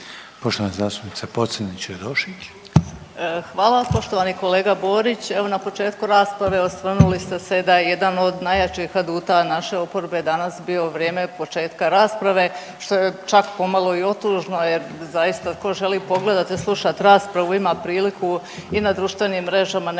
**Pocrnić-Radošević, Anita (HDZ)** Hvala. Poštovani kolega Borić, evo na početku rasprave osvrnuli ste se da je jedan od najjačih aduta naše oporbe danas bio vrijeme početka rasprave što je čak pomalo i otužno jer zaista ko želi pogledati i slušati raspravu ima priliku i na društvenim mrežama,